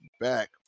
back